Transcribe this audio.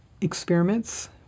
Experiments